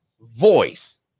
voice